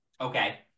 Okay